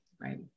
right